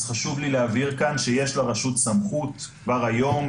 אז חשוב לי להבהיר כאן שיש לרשות סמכות כבר היום,